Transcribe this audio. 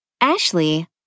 Ashley